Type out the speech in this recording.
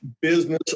business